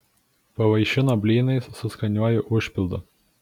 pavaišino blynais su skaniuoju užpildu